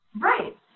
right